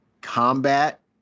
combat